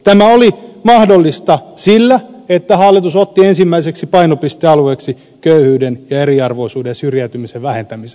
tämä oli mahdollista sillä että hallitus otti ensimmäiseksi painopistealueeksi köyhyyden ja eriarvoisuuden ja syrjäytymisen vähentämisen